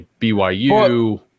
BYU